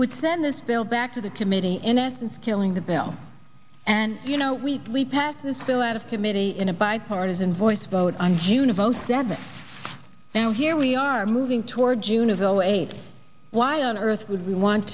would send this bill back to the committee in essence killing the bill and you know we we passed this bill out of committee in a bipartisan voice vote on june of zero seven now here we are moving toward june of zero eight why on earth would we want